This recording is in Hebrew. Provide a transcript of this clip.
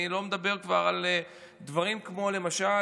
אני כבר לא מדבר על דברים כמו למשל